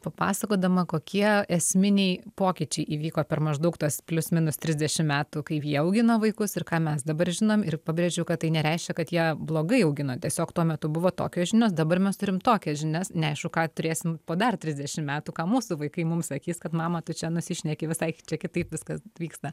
papasakodama kokie esminiai pokyčiai įvyko per maždaug tuos plius minus trisdešimt metų kaip jie augina vaikus ir ką mes dabar žinom ir pabrėžiu kad tai nereiškia kad jie blogai augino tiesiog tuo metu buvo tokios žinios dabar mes turim tokias žinias neaišku ką turėsim po dar trisdešimt metų ką mūsų vaikai mums sakys kad mama tu čia nusišneki visai kitaip viskas vyksta